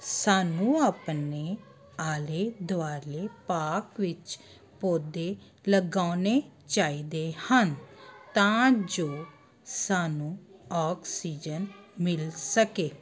ਸਾਨੂੰ ਆਪਣੇ ਆਲੇ ਦੁਆਲੇ ਪਾਰਕ ਵਿੱਚ ਪੌਦੇ ਲਗਾਉਣੇ ਚਾਹੀਦੇ ਹਨ ਤਾਂ ਜੋ ਸਾਨੂੰ ਆਕਸੀਜਨ ਮਿਲ ਸਕੇ